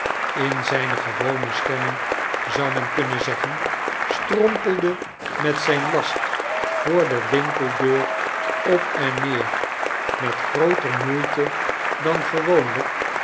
in zijne gewone stemming zou men fcunnen zeggen sfcrompelde met zijn last voor de winkeldeur op en neer met grooter moeite dan gewoonlijk